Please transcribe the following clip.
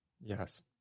Yes